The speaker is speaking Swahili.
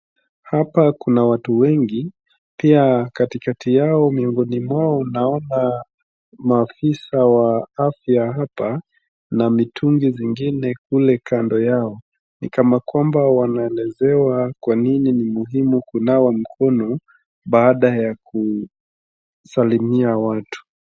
Hapa kuna watu wengi, pia katikati yao, miongoni mwao naona maafisa wa afya hapa na mitungi zingine kule kando yao. Ni kama kwamba wanaelezewa kwa nini ni muhimu kunawa mkono baada ya kusalimia watu.